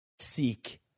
seek